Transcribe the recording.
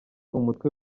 umutwe